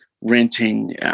renting